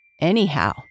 Anyhow